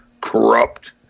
corrupt